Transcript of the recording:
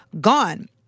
gone